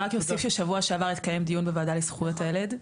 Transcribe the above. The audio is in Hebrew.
אני רק אוסיף ששבוע שעבר התקיים דיון בוועדה לזכויות הילד,